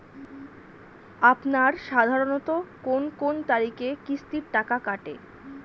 আপনারা সাধারণত কোন কোন তারিখে কিস্তির টাকা কাটে?